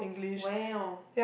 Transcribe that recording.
well